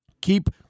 Keep